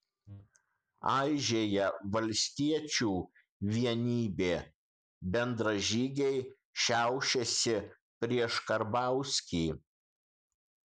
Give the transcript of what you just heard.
aižėja valstiečių vienybė bendražygiai šiaušiasi prieš karbauskį